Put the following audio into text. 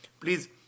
Please